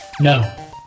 No